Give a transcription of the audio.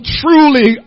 truly